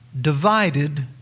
divided